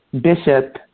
Bishop